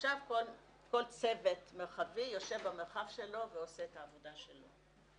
עכשיו כל צוות מרחבי יושב במרחב שלו ועושה את העבודה שלו.